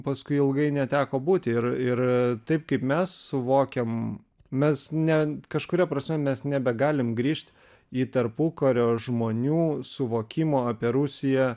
paskui ilgai neteko būti ir ir taip kaip mes suvokiam mes ne kažkuria prasme mes nebegalim grįžt į tarpukario žmonių suvokimo apie rusiją